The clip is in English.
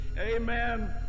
amen